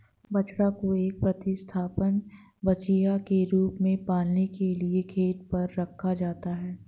बछड़ा को एक प्रतिस्थापन बछिया के रूप में पालने के लिए खेत पर रखा जाता है